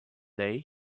day